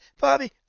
bobby